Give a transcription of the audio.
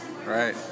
Right